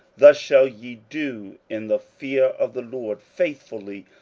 thus shall ye do in the fear of the lord, faithfully,